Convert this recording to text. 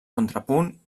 contrapunt